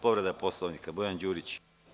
Povreda Poslovnika Bojan Đurić.